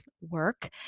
work